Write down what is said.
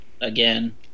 again